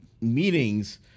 meetings